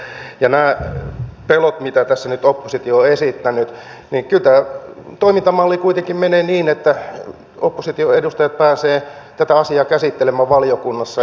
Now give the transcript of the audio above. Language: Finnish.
mitä tulee näihin pelkoihin mitä tässä nyt oppositio on esittänyt niin kyllä tämä toimintamalli kuitenkin menee niin että opposition edustajat pääsevät tätä asiaa käsittelemään valiokunnassa